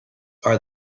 are